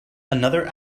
another